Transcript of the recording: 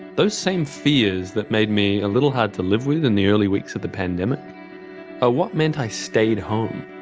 those same fears that made me a little hard to live with in the early weeks of the pandemic are what meant i stayed home,